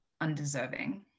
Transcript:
undeserving